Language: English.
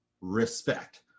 respect